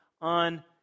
on